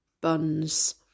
buns